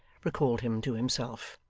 recalled him to himself.